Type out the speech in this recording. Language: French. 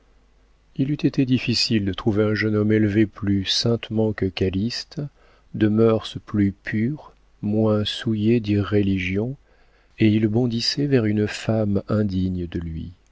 il eût été difficile de trouver un jeune homme élevé plus saintement que calyste de mœurs plus pures moins souillé d'irréligion et il bondissait vers une femme indigne de lui